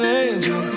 angel